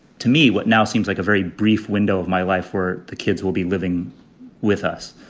to me, what now seems like a very brief window of my life for the kids will be living with us.